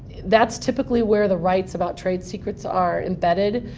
that's typically where the rights about trade secrets are embedded.